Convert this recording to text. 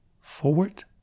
forward